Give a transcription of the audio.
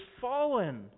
fallen